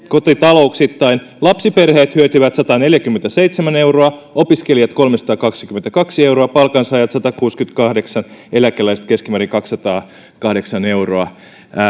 kotitalouksittain lapsiperheet hyötyvät sataneljäkymmentäseitsemän euroa opiskelijat kolmesataakaksikymmentäkaksi euroa palkansaajat satakuusikymmentäkahdeksan euroa eläkeläiset keskimäärin kaksisataakahdeksan euroa